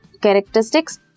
characteristics